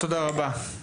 תודה רבה.